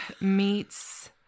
meets